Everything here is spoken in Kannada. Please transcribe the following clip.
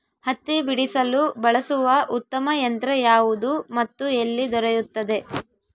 ಹತ್ತಿ ಬಿಡಿಸಲು ಬಳಸುವ ಉತ್ತಮ ಯಂತ್ರ ಯಾವುದು ಮತ್ತು ಎಲ್ಲಿ ದೊರೆಯುತ್ತದೆ?